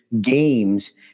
games